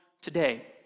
today